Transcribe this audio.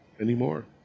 anymore